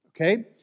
Okay